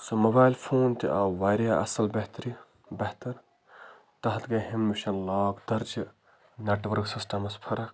سُہ mobile phone تہِ آو واریاہ اَصٕل بہتری بہتَر تتھ گٔے ہیٚمہِ نِش لاکھ درجہٕ نٮ۪ٹورک سِسٹمَس فرق